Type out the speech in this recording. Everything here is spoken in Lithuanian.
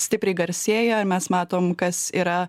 stipriai garsėja ir mes matome kas yra